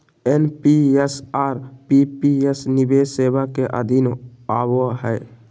NPS और PPS निवेश सेवा के अधीन आवो हय